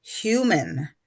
human